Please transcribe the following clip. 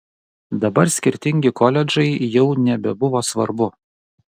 dabar skirtingi koledžai jau nebebuvo svarbu